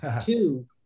Two